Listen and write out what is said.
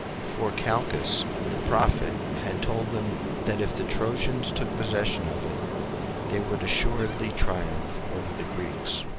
for calchas the prophet had told them that if the trojans took possession of it they would assuredly triumph over the greeks.